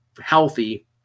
healthy